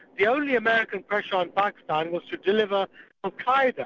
the only american pressure on pakistan was to deliver al-qa'eda,